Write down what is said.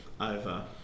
over